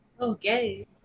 Okay